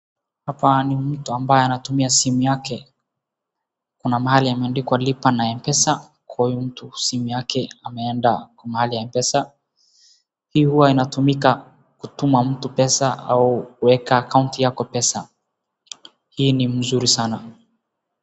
Hapa ni mtu ambaye anatumia simu yake. Kuna mahali amendikwa lipa na mpesa kwa huyu mtu simu yake ameenda kwa mahali ya mpesa. Hii huwa inatumika kutumwa mtu pesa au kuwekwa account yako pesa. Hii ni mzuri sana.